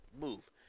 move